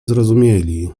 zrozumieli